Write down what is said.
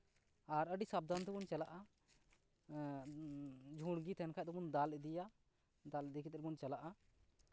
ᱟᱨ ᱟᱹᱰᱤ ᱥᱟᱵᱫᱷᱟᱱ ᱛᱮᱵᱚᱱ ᱪᱟᱞᱟᱜᱼᱟ ᱮᱸᱜ ᱡᱷᱩᱲᱜᱮ ᱛᱟᱦᱮᱱ ᱠᱷᱟᱡ ᱫᱚᱵᱚᱱ ᱫᱟᱞ ᱤᱫᱤᱭᱟ ᱫᱟᱞ ᱤᱫᱤ ᱠᱟᱛᱮᱫ ᱵᱚᱱ ᱪᱟᱞᱟᱜᱼᱟ